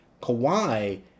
Kawhi